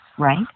right